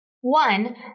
One